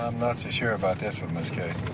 not so sure about this one, miss kay.